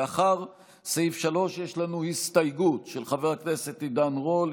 לאחר סעיף 3 יש לנו הסתייגות של חבר הכנסת עידן רול.